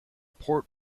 port